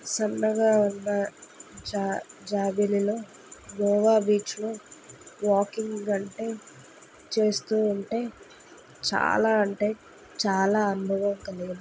సన్నగా ఉన్న జాబిలిలో గోవా బీచ్లో వాకింగ్ అంటే చేస్తూ ఉంటే చాలా అంటే చాలా ఆనందం కలుగును